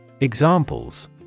Examples